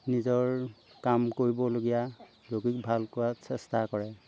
নিজৰ কাম কৰিবলগীয়া ৰোগীক ভাল কৰাৰ চেষ্টা কৰে